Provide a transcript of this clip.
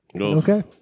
Okay